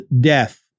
death